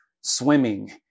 swimming